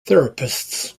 therapists